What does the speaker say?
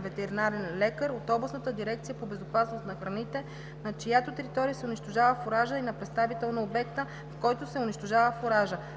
ветеринарен лекар от областната дирекция по безопасност на храните, на чиято територия се унищожава фуражът, и на представител на обекта, в който се унищожава фуражът.